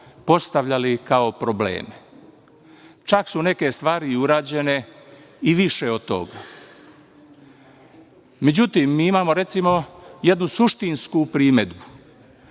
postavljali kao probleme, čak su neke stvari i urađene i više od toga.Međutim, mi imamo recimo jednu suštinsku primedbu.